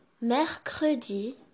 mercredi